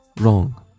wrong